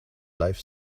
life